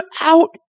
out